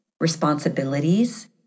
responsibilities